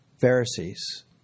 Pharisees